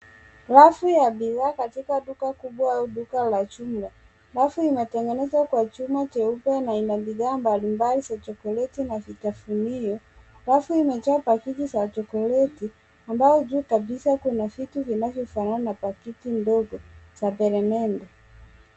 Rafu ya bidhaa katika duka kubwa au duka la jumla. Rafu imetengenezwa kwa chuma cheupe na ina bidhaa mbalimbali za chokoleti na vitafunio. Rafu imejaa paketi za chokoleti, ambao juu kabisa, kuna vitu vinavyofanana na paketi ndogo za peremende.